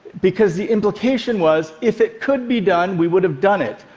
because the implication was if it could be done, we would have done it.